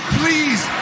please